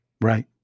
Right